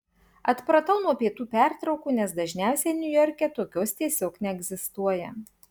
atpratau nuo pietų pertraukų nes dažniausiai niujorke tokios tiesiog neegzistuoja